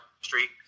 street